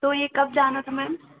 तो ये कब जाना था मैम